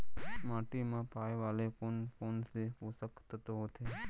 माटी मा पाए वाले कोन कोन से पोसक तत्व होथे?